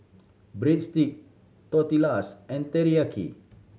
Breadstick Tortillas and Teriyaki